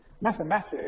Mathematics